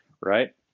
Right